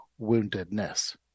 woundedness